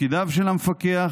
תפקידיו של המפקח